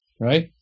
right